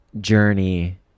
journey